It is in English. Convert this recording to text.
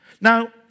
Now